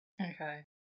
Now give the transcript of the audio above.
Okay